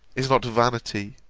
is not vanity,